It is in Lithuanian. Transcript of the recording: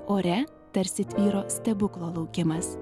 ore tarsi tvyro stebuklo laukimas